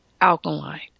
alkaline